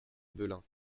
belin